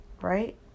right